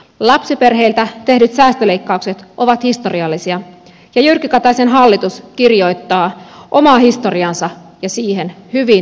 lapsiperheiltä tehdyt säästöleikkaukset ovat historiallisia ja jyrki kataisen hallitus kirjoittaa omaa historiaansa ja siihen hyvin ikävän muiston